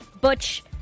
Butch